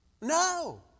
No